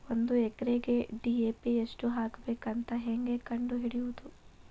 ಒಂದು ಎಕರೆಗೆ ಡಿ.ಎ.ಪಿ ಎಷ್ಟು ಹಾಕಬೇಕಂತ ಹೆಂಗೆ ಕಂಡು ಹಿಡಿಯುವುದು?